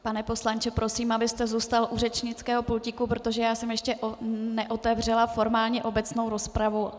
Pane poslanče, prosím, abyste zůstal u řečnického pultíku, protože já jsem ještě neotevřela formálně obecnou rozpravu.